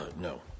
No